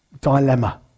dilemma